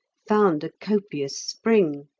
found a copious spring.